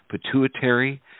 pituitary